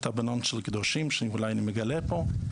אתה גם בנם של קדושים, ואולי אני מגלה זאת פה.